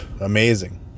amazing